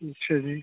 اچھا جی